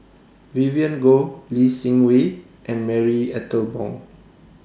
Vivien Goh Lee Seng Wee and Marie Ethel Bong